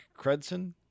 credson